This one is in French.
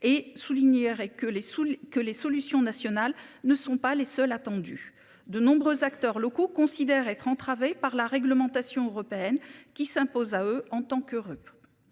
les sous que les solutions nationales ne sont pas les seuls attendu de nombreux acteurs locaux considèrent être entravée par la réglementation européenne qui s'imposent à eux en tant que